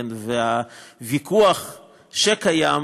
והוויכוח שקיים,